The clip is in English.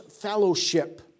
fellowship